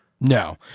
No